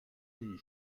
les